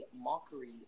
mockery